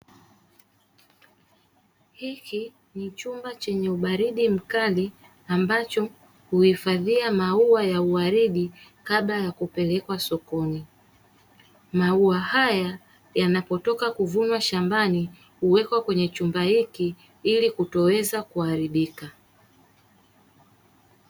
Hiki ni chumba chenye ubaridi mkali ambacho huifadhia maua ya uwaridi kabla ya kupelekwa sokoni, maua haya yanapotoka kuvunwa shambani huwekwa kwenye chumba hiki ili kutoweza kuharibika.